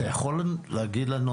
אתה יכול להגיד לנו,